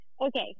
Okay